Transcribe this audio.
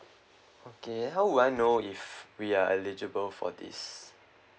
okay how would I know if we are eligible for this